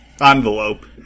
envelope